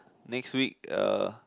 next week uh